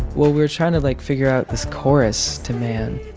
well, we trying to, like, figure out this chorus to man,